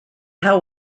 hell